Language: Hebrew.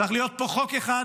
צריך להיות פה חוק אחד,